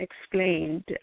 explained